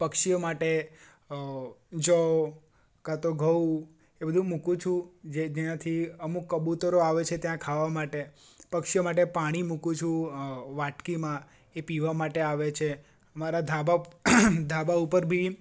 પક્ષીઓ માટે જવ કાંતો ઘઉં એ બધુ મૂકું છું જે જ્યાંથી અમુક કબૂતરો હોય છે ત્યાં ખાવા માટે પક્ષીઓ માટે પાણી મૂકું છું વાટકીમાં એ પીવા માટે આવે છે મારા ધાબા ધાબા ઉપર બી